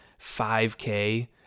5K